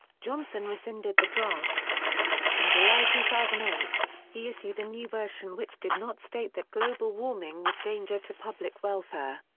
johnson rescinded the draft in july two thousand and eight, he issued a new version which did not state that global warming was danger to public welfare.